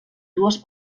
dues